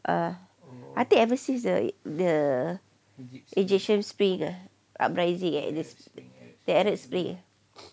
err I think ever since the the egyptian spring ah uprising ya arab spring